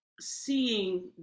seeing